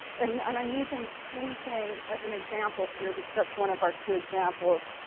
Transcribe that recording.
and and i'm using policing as an example here because that's one of our two examples.